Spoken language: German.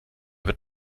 wird